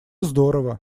здорово